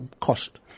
cost